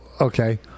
Okay